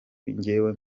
njyewe